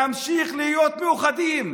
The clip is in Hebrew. להמשיך להיות מאוחדים,